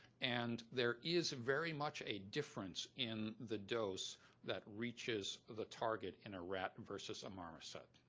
and there is very much a difference in the dose that reaches the target in a rat versus a marmoset,